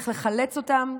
איך לחלץ אותם,